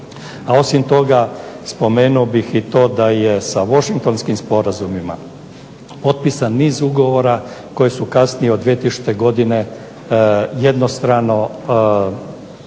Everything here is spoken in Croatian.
A osim toga spomenuo bih i to da je sa Washingtonskim sporazumima potpisan niz ugovora koji su kasnije od 2000. Godine jednostrano